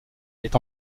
est